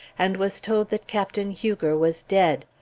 and was told that captain huger was dead.